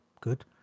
good